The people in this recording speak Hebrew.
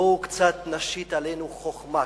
בואו נשית עלינו קצת חוכמה.